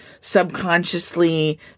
subconsciously